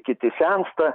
kiti sensta